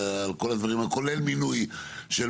כולל מינוי של